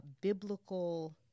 biblical